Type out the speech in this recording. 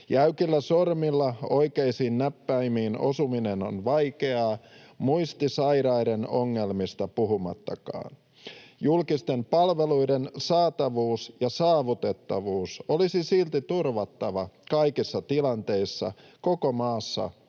Jäykillä sormilla oikeisiin näppäimiin osuminen on vaikeaa, muistisairaiden ongelmista puhumattakaan. Julkisten palveluiden saatavuus ja saavutettavuus olisi silti turvattava kaikissa tilanteissa koko maassa